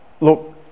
look